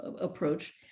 approach